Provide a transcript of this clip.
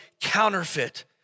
counterfeit